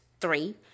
three